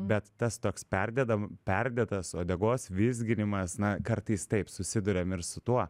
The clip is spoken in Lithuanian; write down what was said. bet tas toks perdedam perdėtas uodegos vizginimas na kartais taip susiduriam ir su tuo